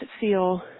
feel